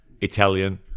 Italian